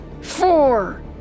Four